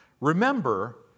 Remember